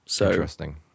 Interesting